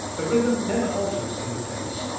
the rhythm never alters in the bass,